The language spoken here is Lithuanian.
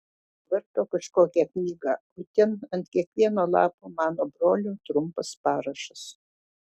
varto kažkokią knygą o ten ant kiekvieno lapo mano brolio trumpas parašas